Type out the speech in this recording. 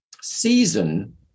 season